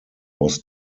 was